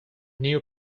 new